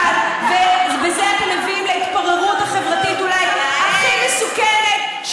כאן ובזה אתם מביאים להתפוררות החברתית אולי הכי מסוכנת,